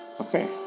okay